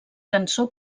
cançó